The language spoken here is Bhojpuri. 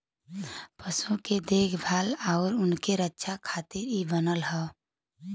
पशु के देखभाल आउर उनके रक्षा खातिर इ बनल हौ